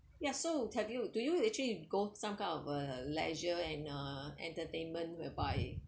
yeah so have you do you you actually go some kind of a leisure and uh entertainment whereby